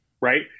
right